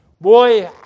boy